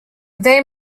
they